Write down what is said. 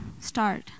start